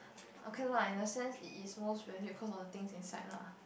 okay lah in a sense it it's most valued because all the thing inside lah